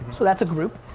so that's a group.